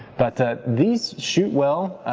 but these shoot well.